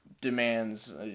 Demands